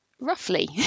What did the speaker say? roughly